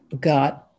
got